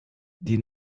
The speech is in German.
die